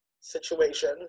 situation